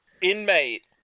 inmate